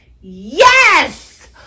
yes